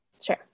Sure